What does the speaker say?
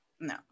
No